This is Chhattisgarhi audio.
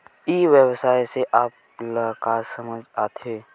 ई व्यवसाय से आप ल का समझ आथे?